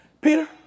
Peter